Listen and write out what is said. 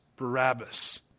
Barabbas